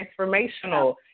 transformational